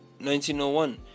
1901